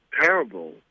terrible